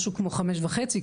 משהו כמו חמש וחצי,